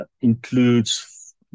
includes